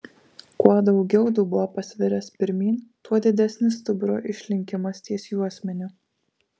kuo daugiau dubuo pasviręs pirmyn tuo didesnis stuburo išlinkimas ties juosmeniu